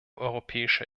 europäischer